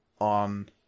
on